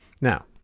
now